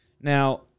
Now